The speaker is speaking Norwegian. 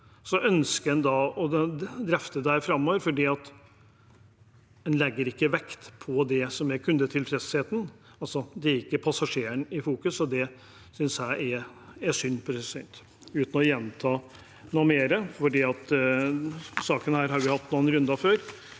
ønsker en å drøfte dette framover, for en legger ikke vekt på kundetilfredsheten. Det er ikke passasjeren i fokus, og det synes jeg er synd – uten å gjenta noe mer, for denne saken har vi hatt noen runder på før.